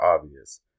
obvious